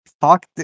Fuck